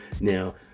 Now